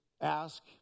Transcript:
ask